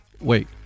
wait